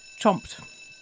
chomped